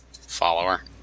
follower